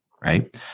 Right